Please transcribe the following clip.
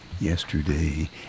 Yesterday